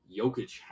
Jokic